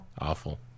Awful